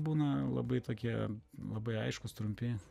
būna labai tokie labai aiškūs trumpi